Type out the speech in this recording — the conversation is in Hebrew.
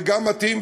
זה גם מתאים,